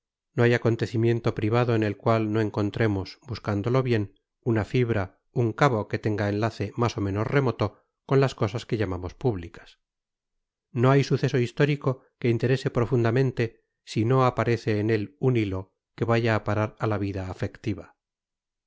no hay acontecimiento privado en el cual no encontremos buscándolo bien una fibra un cabo que tenga enlace más o menos remoto con las cosas que llamamos públicas no hay suceso histórico que interese profundamente si no aparece en él un hilo que vaya a parar a la vida afectiva